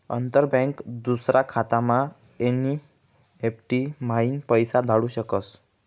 अंतर बँक दूसरा खातामा एन.ई.एफ.टी म्हाईन पैसा धाडू शकस